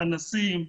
אנסים,